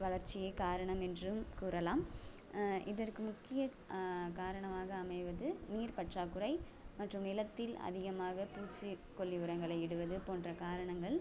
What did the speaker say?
வளர்ச்சியே காரணம் என்றும் கூறலாம் இதற்கு முக்கிய காரணமாக அமைவது நீர் பற்றாக்குறை மற்றும் நிலத்தில் அதிகமாக பூச்சிக்கொல்லி உரங்களை இடுவது போன்ற காரணங்கள்